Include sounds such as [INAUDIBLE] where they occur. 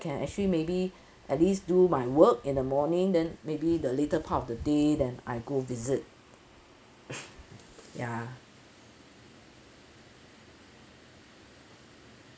can actually maybe at least do my work in the morning then maybe the later part of the day then I go visit [BREATH] ya